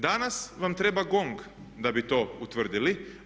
Danas vam treba GONG da bi to utvrdili.